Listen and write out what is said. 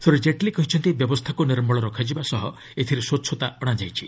ଶ୍ରୀ ଜେଟ୍ଲୀ କହିଛନ୍ତି ବ୍ୟବସ୍ଥାକୁ ନିର୍ମଳ ରଖାଯିବା ସହ ଏଥିରେ ସଚ୍ଛତା ଅଣାଯାଇଛି